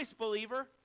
believer